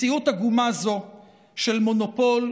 מציאות עגומה זו של מונופול,